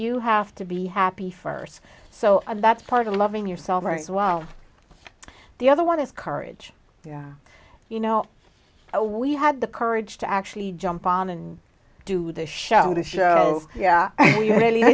you have to be happy first so and that's part of loving yourself as well the other one is courage yeah you know we had the courage to actually jump on and do the show to show yeah i